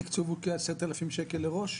התקצוב הוא כ-10,000 שקלים לראש?